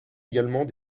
également